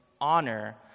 honor